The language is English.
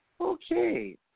Okay